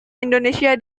indonesia